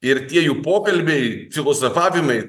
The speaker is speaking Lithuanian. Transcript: ir tie jų pokalbiai filosofavimai